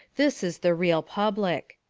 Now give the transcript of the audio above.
this is the real public.